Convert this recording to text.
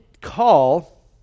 call